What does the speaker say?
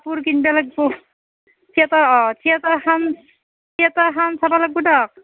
কাপোৰ কিনবা লাগিব থিয়েটাৰ অঁ থিয়েটাৰ খন থিয়েটাৰ খন চাব লাগিব দক